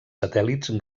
satèl·lits